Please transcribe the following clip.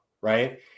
right